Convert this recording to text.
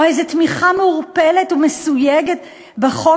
או איזה תמיכה מעורפלת ומסויגת בחוק